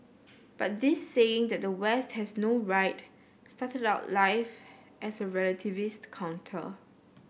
but this saying that the West has no right started out life as a relativist counter